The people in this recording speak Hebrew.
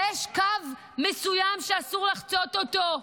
יש קו מסוים שאסור לחצות אותו.